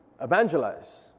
evangelize